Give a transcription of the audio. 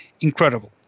incredible